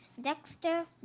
Dexter